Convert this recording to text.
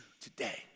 today